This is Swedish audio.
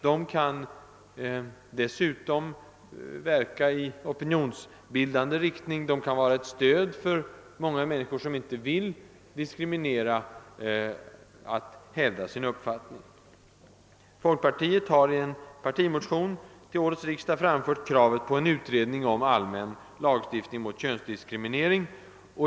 Den kan dessutom verka opinionsbildände :och vara ett stöd för många människor, som inte vill diskriminera, när de vill hävda sin uppfattning. Folkpartiet har i en partimotion till årets riksdag framfört kravet på en utredning om allmän lagstiftning mot könsdiskriminering.